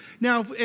Now